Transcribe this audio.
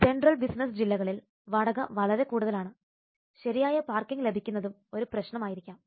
central business ജില്ലകളിൽ വാടക വളരെ കൂടുതലാണ് ശരിയായ പാർക്കിംഗ് സ്ഥലം ലഭിക്കുന്നതും ഒരു പ്രശ്നമായിരിക്കാം